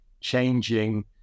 changing